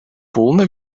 пулнӑ